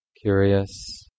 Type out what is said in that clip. curious